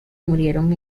murieron